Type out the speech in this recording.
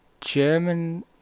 German